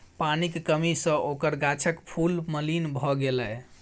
पानिक कमी सँ ओकर गाछक फूल मलिन भए गेलै